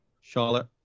Charlotte